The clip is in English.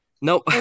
nope